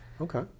Okay